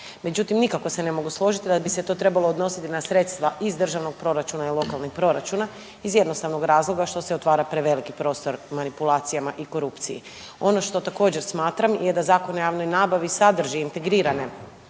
Međutim, nikako se ne mogu složiti da bi se to trebalo odnositi na sredstva iz državnog proračuna i lokalnih proračuna iz jednostavnog razloga što se otvara preveliki prostor manipulacijama i korupciji. Ono što također smatram je da Zakon o javnoj nabavi sadrži integrirane